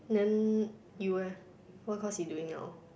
then you eh what course you doing now